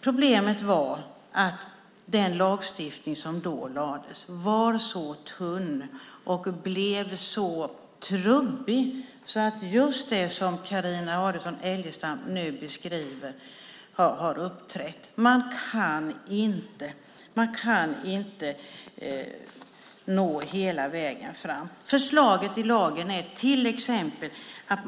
Problemet var att den lagstiftning som då beslutades om var så tunn och blev så trubbig att just det som Carina Adolfsson Elgestam nu beskriver har uppstått. Man kan inte nå hela vägen fram. Förslaget i lagen är till exempel att